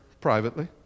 privately